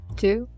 two